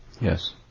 Yes